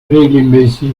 regelmäßig